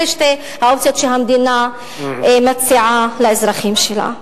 אלה שתי האופציות שהמדינה מציעה לאזרחים שלה.